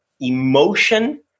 emotion